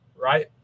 right